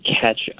catch